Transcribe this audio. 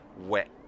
wet